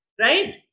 right